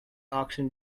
auction